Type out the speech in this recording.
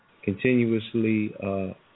continuously